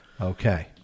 Okay